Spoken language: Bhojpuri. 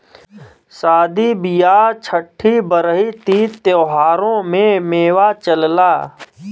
सादी बिआह छट्ठी बरही तीज त्योहारों में मेवा चलला